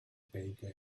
baker